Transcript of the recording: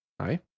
hi